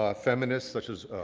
um feminists such as